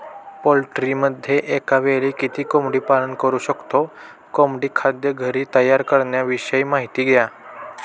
पोल्ट्रीमध्ये एकावेळी किती कोंबडी पालन करु शकतो? कोंबडी खाद्य घरी तयार करण्याविषयी माहिती द्या